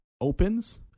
opens